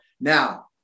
Now